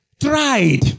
tried